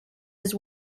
his